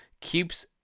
Keeps